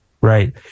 Right